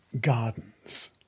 gardens